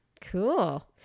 Cool